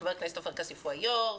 חבר הכנסת עופר כסיף הוא היו"ר,